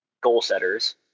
goal-setters